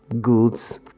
goods